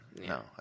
No